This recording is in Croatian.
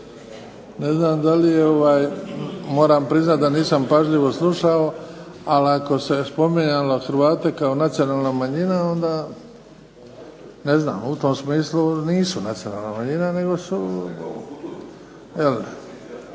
Ne znam da li je, moram priznat da nisam pažljivo slušao, ali ako se spominjalo Hrvate kao nacionalna manjina, ne znam, u tom smislu nisu nacionalna manjina nego su…